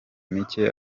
mike